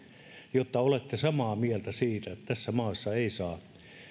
jos olette samaa mieltä siitä että tässä maassa ei saa